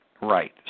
Right